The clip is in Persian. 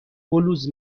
بلوز